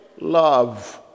love